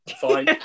fine